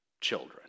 children